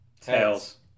Tails